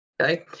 Okay